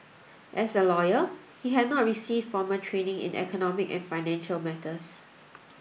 as a lawyer he had not received formal training in economic and financial matters